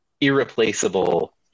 irreplaceable